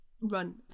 Run